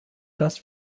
das